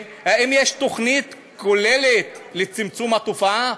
האם יש תוכנית כוללת לצמצום התופעה?